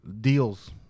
deals